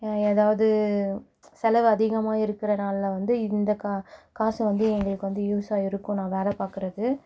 எ ஏதாவது செலவு அதிகமாக இருக்கறதுனால வந்து இந்த கா காசு வந்து எங்களுக்கு வந்து யூஸாக இருக்கும் நான் வேலை பார்க்கறது